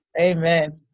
Amen